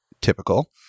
typical